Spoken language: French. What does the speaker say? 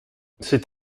c’est